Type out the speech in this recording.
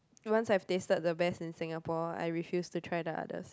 once I've tasted the best in Singapore I refuse to try the others